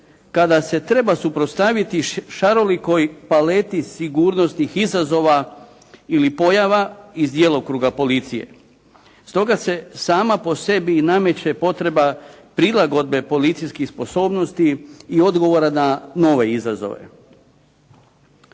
kada se treba suprotstaviti šarolikoj paleti sigurnosnih izazova ili pojava iz djelokruga policije. Stoga se sama po sebi nameće potreba prilagodbe policijskih sposobnosti i odgovora na nove izazove.